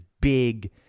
big